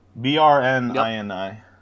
B-R-N-I-N-I